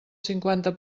cinquanta